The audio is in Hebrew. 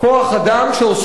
גוזרות קופון,